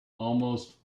almost